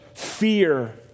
Fear